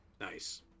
Nice